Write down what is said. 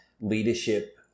leadership